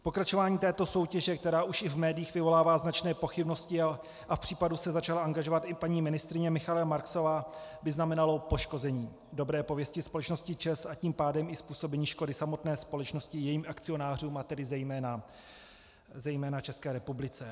Pokračování této soutěže, která už i v médiích vyvolává značné pochybnosti, a v případu se začala angažovat i paní ministryně Michaela Marksová, by znamenalo poškození dobré pověsti společnosti ČEZ, a tím pádem i způsobení škody samotné společnosti, jejím akcionářům a zejména České republice.